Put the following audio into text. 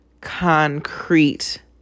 concrete